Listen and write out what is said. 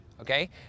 okay